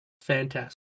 Fantastic